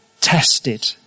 tested